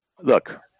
look